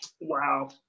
Wow